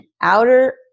outer